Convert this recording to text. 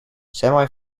semi